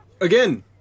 Again